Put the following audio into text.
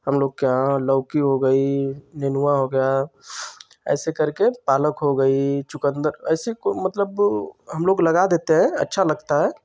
हम लोग के यहाँ लौकी हो गई नेनुआ हो गया ऐसे करके पालक हो गई चुकंदर ऐसे को मतलब हम लोग लगा देते हैं अच्छा लगता है